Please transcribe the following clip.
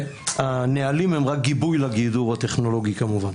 והנהלים הם רק גיבוי לגידור הטכנולוגי כמובן.